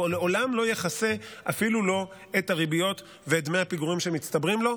והוא לעולם לא יכסה אפילו לא את הריביות ודמי הפיגורים שמצטברים לו,